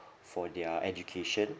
for their education